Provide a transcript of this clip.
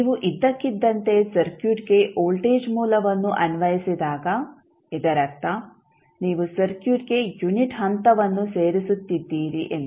ನೀವು ಇದ್ದಕ್ಕಿದ್ದಂತೆ ಸರ್ಕ್ಯೂಟ್ಗೆ ವೋಲ್ಟೇಜ್ ಮೂಲವನ್ನು ಅನ್ವಯಿಸಿದಾಗ ಇದರರ್ಥ ನೀವು ಸರ್ಕ್ಯೂಟ್ಗೆ ಯುನಿಟ್ ಹಂತವನ್ನು ಸೇರಿಸುತ್ತಿದ್ದೀರಿ ಎಂದು